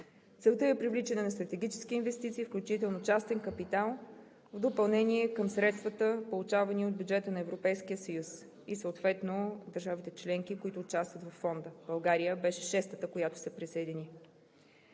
Целта е привличане на стратегическа инвестиция, включително частен капитал, в допълнение към средствата, получавани от бюджета на Европейския съюз и съответно държавите членки, които участват във Фонда. България беше шестата, която се присъедини.